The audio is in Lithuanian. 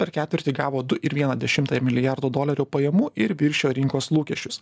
per ketvirtį gavo du ir vieną dešimtąją milijardo dolerių pajamų ir viršijo rinkos lūkesčius